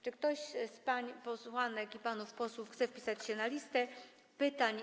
Czy ktoś z pań posłanek i panów posłów chce wpisać się na listę pytających?